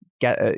get